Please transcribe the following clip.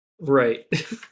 Right